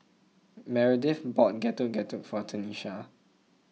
Meredith bought Getuk Getuk for Tenisha